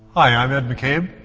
i'm ed mccabe,